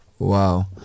wow